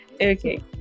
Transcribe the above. okay